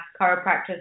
chiropractors